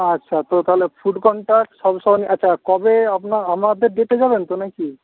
আচ্ছা তো তাহলে ফুড কন্টাক্ট সব সহ নিয়ে আচ্ছা কবে আপনার আমাদের ডেটে যাবেন তো নাকি